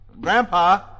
Grandpa